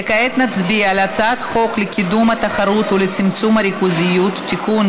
וכעת נצביע על הצעת חוק לקידום התחרות ולצמצום הריכוזיות (תיקון,